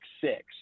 six